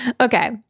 Okay